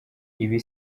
ibi